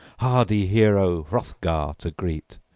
hardy hero, hrothgar to greet.